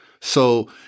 So-